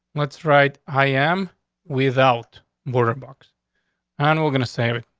what's right? i am without border box and we're gonna save it.